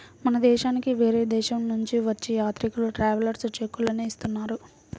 మన దేశానికి వేరే దేశాలనుంచి వచ్చే యాత్రికులు ట్రావెలర్స్ చెక్కులనే ఇస్తున్నారు